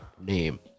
name